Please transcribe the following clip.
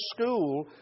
school